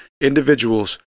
individuals